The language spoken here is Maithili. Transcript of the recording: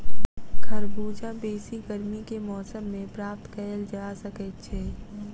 खरबूजा बेसी गर्मी के मौसम मे प्राप्त कयल जा सकैत छै